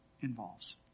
involves